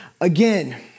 again